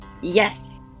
Yes